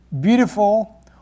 beautiful